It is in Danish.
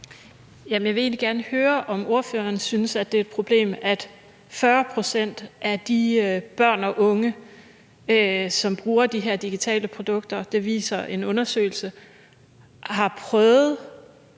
egentlig gerne høre, om ordføreren synes, det er et problem, at 40 pct. af de børn og unge, som bruger de her digitale produkter – det